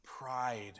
pride